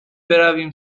برویم